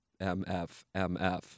MFMF